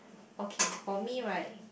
okay for me right